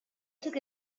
took